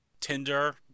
Tinder